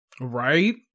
right